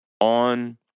on